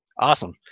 Awesome